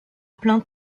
plein